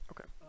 Okay